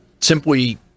simply